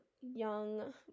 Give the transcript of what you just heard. young